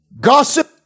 Gossip